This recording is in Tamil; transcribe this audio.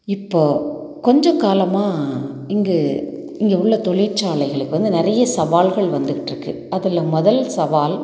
இப்போ கொஞ்சம் காலமாக இங்கு இங்கே உள்ள தொழிற்சாலைகளுக்கு வந்து நிறைய சவால்கள் வந்துக்கிட்டுருக்கு அதில் முதல் சவால்